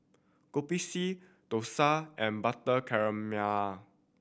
Kopi C dosa and butter